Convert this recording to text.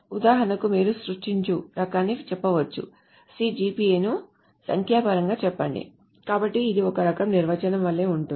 ఉదాహరణకు మీరు సృష్టించు రకాన్ని చెప్పవచ్చు CGPA ను సంఖ్యాపరంగా చెప్పండి కాబట్టి ఇది ఒక రకం నిర్వచనం వలె ఉంటుంది